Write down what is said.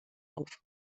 auf